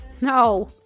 No